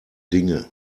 dinge